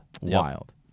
Wild